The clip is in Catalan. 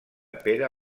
pere